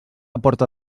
porta